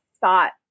thought